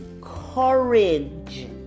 courage